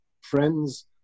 friends